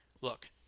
look